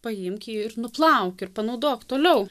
paimk jį ir nuplauk ir panaudok toliau